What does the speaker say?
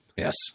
Yes